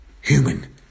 human